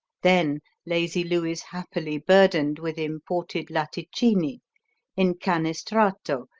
then lazy lou is happily burdened with imported latticini incanestrato,